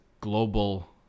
global